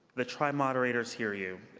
the tri-moderators hear you.